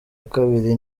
kabiri